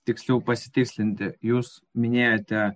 tiksliau pasitikslinti jūs minėjote